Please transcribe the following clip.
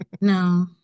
no